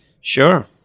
Sure